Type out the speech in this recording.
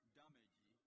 damage